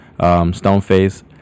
Stoneface